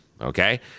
okay